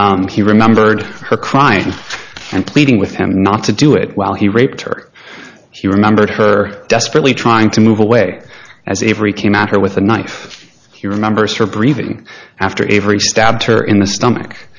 he remembered her crying and pleading with him not to do it while he raped her she remembered her desperately trying to move away as every came at her with a knife he remembers her breathing after every stab her in the stomach